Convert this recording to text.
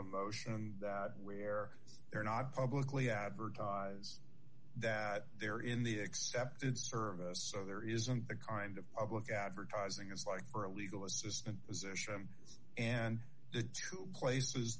emotion and where they're not publicly advertise that they're in the except service so there isn't the kind of public advertising it's like for a legal assistant position and the two places